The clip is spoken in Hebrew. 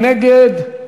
מי נגד?